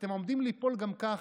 אתם עומדים ליפול גם ככה.